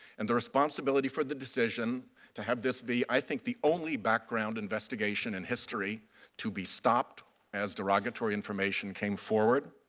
and the responsibility for the decision to have this be, i think the only background investigation in history to be stopped as derogatory information came forward,